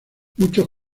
muchos